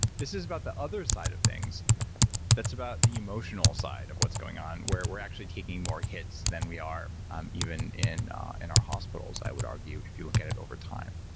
this is about the other side of things that's about the emotional side of what's going on, where we're actually taking more hits than we are um even in in our hospitals, i would argue if you look at it over time.